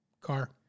car